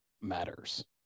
matters